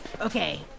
Okay